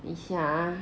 一下 ah